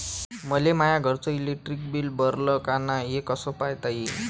मले माया घरचं इलेक्ट्रिक बिल भरलं का नाय, हे कस पायता येईन?